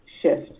shift